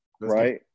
right